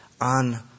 on